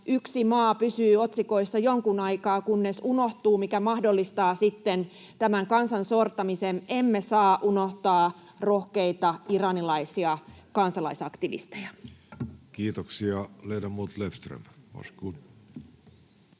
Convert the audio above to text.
yksi maa pysyy otsikoissa jonkun aikaa, kunnes unohtuu, mikä mahdollistaa sitten tämän kansan sortamisen. Emme saa unohtaa rohkeita iranilaisia kansalaisaktivisteja. Kiitoksia.